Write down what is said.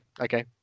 okay